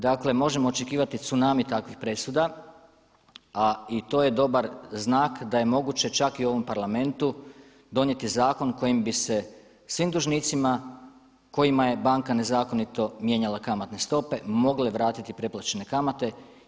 Dakle, možemo očekivati tsunami takvih presuda, a i to je dobar znak da je moguće čak i u ovom Parlamentu donijeti zakon kojim bi se svim dužnicima kojima je banka nezakonito mijenjala kamatne stope mogle vratiti preplaćene kamate.